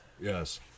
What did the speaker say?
Yes